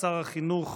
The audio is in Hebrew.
שר החינוך